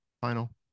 final